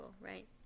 right